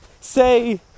say